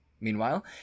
Meanwhile